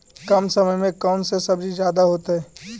कम समय में कौन से सब्जी ज्यादा होतेई?